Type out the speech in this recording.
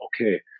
okay